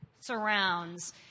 surrounds